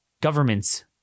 Government's